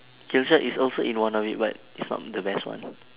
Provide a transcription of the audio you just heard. killshot is also in one of it but it's not the best one